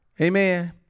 Amen